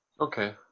Okay